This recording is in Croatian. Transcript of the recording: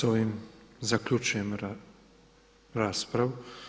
S ovim zaključujem raspravu.